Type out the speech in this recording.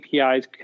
APIs